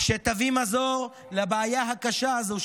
שתביא מזור לבעיה הקשה הזו,